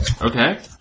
Okay